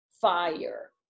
fire